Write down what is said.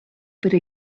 per